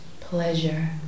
pleasure